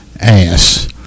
ass